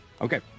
Okay